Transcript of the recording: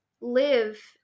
live